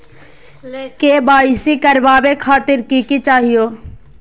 KYC करवावे खातीर कि कि चाहियो?